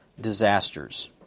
disasters